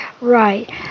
Right